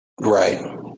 Right